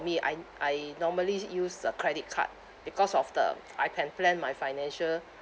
me I I normally use a credit card because of the I can plan my financial